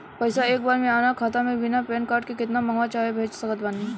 पैसा एक बार मे आना खाता मे बिना पैन कार्ड के केतना मँगवा चाहे भेज सकत बानी?